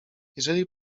jeżeli